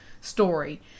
story